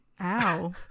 ow